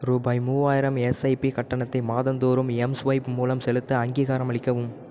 ரூபாய் மூணாயிரம் எஸ்ஐபி கட்டணத்தை மாதந்தோறும் எம்ஸ்வைப் மூலம் செலுத்த அங்கீகாரம் அளிக்கவும்